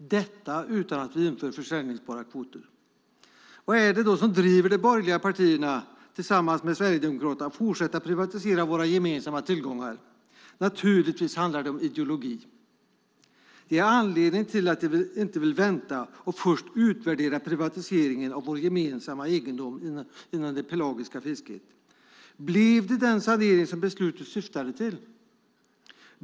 Detta sker utan att vi inför försäljningsbara kvoter. Vad är det som driver de borgerliga partierna tillsammans med Sverigedemokraterna att fortsätta privatisera våra gemensamma tillgångar? Det handlar naturligtvis om ideologi. Det är anledningen till att de inte vill vänta och först utvärdera privatiseringen av vår gemensamma egendom inom det pelagiska fisket. Blev det den sanering som beslutet syftade till?